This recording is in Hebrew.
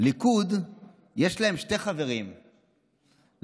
לליכוד יש שני חברים ולמשותפת